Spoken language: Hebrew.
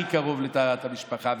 הכי קרוב לטהרת המשפחה,